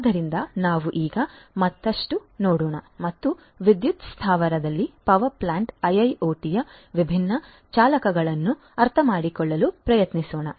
ಆದ್ದರಿಂದ ನಾವು ಈಗ ಮತ್ತಷ್ಟು ನೋಡೋಣ ಮತ್ತು ವಿದ್ಯುತ್ ಸ್ಥಾವರದಲ್ಲಿ IIoT ಯ ವಿಭಿನ್ನ ಚಾಲಕಗಳನ್ನು ಅರ್ಥಮಾಡಿಕೊಳ್ಳಲು ಪ್ರಯತ್ನಿಸೋಣ